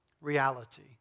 reality